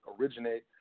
originate